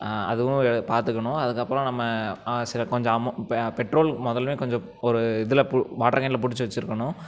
அதுவும் பார்த்துக்கணும் அதுக்கப்புறம் நம்ம சில கொஞ்சம் இப்போ பெட்ரோல் முதல்ல கொஞ்சம் ஒரு இதில் வாட்டரு கேனில் பிடிச்சி வச்சுருக்கணும்